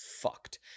fucked